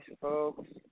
folks